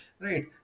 Right